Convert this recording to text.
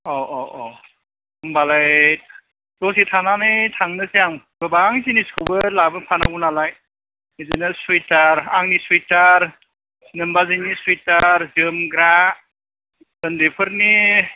औ औ औ होनबालाय दसे थानानै थांनोसै आं गोबां जिनिसखौबो लाबोफानांगौ नालाय बिदिनो सुइतार आंनि सुइतार नोमबाजैनि सुइतार जोमग्रा उन्दैफोरनि